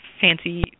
fancy